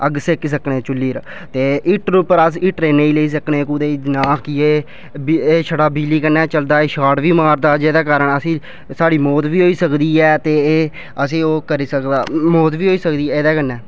अग्ग सेकी सकने चुल्ली र ते हीटर उप्पर अस हीटर पर नेईं लेई सकने कुतै ई नां कि एह् छड़ा बिजली कन्नै चलदा ऐ एह् शार्ट बी मारदा जेह्दे कारण असें ई साढ़ा मौत बी होई सकदी ऐ ते एह् असें ई ओह् करी सकदा मौत बी होई सकदी ऐ एह्दे कन्नै